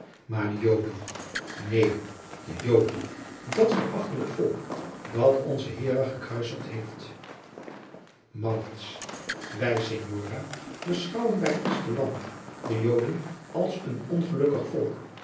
maar de joden neen de joden dat verachtelijk volk dat onzen heere gekruisigd heeft maurits wij signora beschouwen bij ons te land de joden als een ongelukkig volk